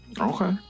Okay